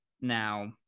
now